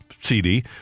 CD